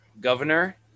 governor